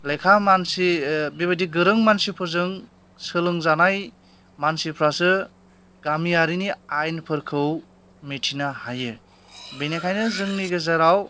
लेखा मानसि बेबादि गोरों मानसिफोरजों सोलों जानाय मानसिफ्रासो गामियारिनि आइनफोरखौ मिथिनो हायो बेनिखायनो जोंनि गेजेराव